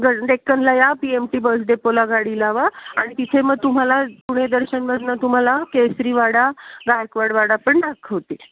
ग डेक्कनला या पी एम टी बस डेपोला गाडी लावा आणि तिथे मग तुम्हाला पुणे दर्शनमधून तुम्हाला केसरीवाडा गायकवाडवाडा पण दाखवतील